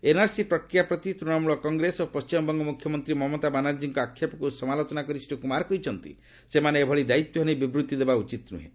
NRC ପ୍ରକ୍ରିୟା ପ୍ରତି ତୂଣମୂଳ କଂଗ୍ରେସ ଓ ପଣ୍ଢିମବଙ୍ଗ ମୁଖ୍ୟମନ୍ତ୍ରୀ ମମତା ବାନାର୍ଜୀଙ୍କ ଆକ୍ଷେପକୁ ସମାଲୋଚନା କରି ଶ୍ରୀ କୁମାର କହିଛନ୍ତି ସେମାନେ ଏଭଳି ଦାୟିତ୍ୱହୀନ ବିବୃତ୍ତି ଦେବା ଉଚିତ ନୁହେଁ